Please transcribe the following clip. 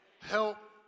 Help